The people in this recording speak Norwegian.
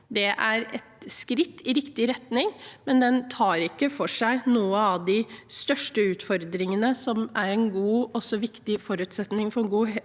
er et skritt i riktig retning, men den tar ikke for seg en av de største utfordringene, som er en god og viktig forutsetning for god